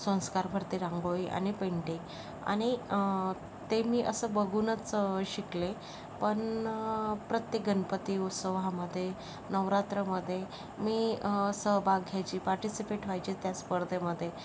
संस्कारभारती रांगोळी आणि पेंटिंग आणि ते मी असं बघूनच शिकले पण प्रत्येक गणपती उत्सवामध्ये नवरात्रमध्ये मी सहभाग घ्यायची पार्टिसिपेट व्हायचे त्या स्पर्धेमध्ये